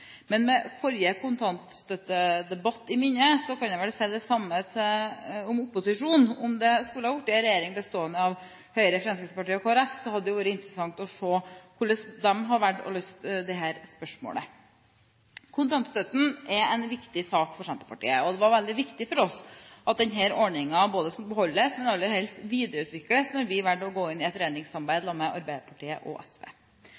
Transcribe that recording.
Men med forrige kontantstøttedebatt i friskt minne kan jeg vel si det samme om opposisjonen: Om det skulle ha blitt en regjering bestående av Høyre, Fremskrittspartiet og Kristelig Folkeparti, hadde det vært interessant å se hvordan de hadde valgt å løse dette spørsmålet. Kontantstøtten er en viktig sak for Senterpartiet, og det var veldig viktig for oss at denne ordningen både skulle beholdes og aller helst videreutvikles da vi valgte å gå inn i et regjeringssamarbeid i lag med Arbeiderpartiet og